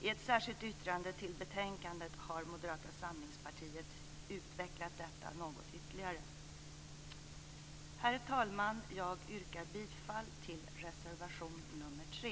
I ett särskilt yttrande till betänkandet har Moderata samlingspartiet utvecklat detta något ytterligare. Herr talman! Jag yrkar på godkännande av anmälan i reservation nr 3.